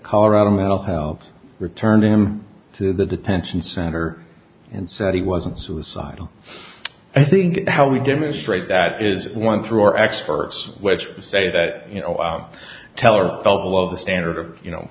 colorado mental health returned him to the detention center and said he wasn't suicidal i think how we demonstrate that is one through our experts which say that teller fell below the standard of you know